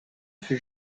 fut